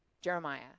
Jeremiah